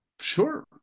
sure